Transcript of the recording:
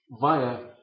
via